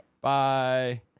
Bye